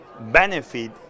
benefit